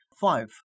five